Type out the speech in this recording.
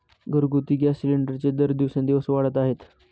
घरगुती गॅस सिलिंडरचे दर दिवसेंदिवस वाढत आहेत